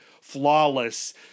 flawless